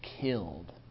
killed